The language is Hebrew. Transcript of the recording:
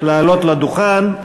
לעלות לדוכן.